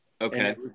Okay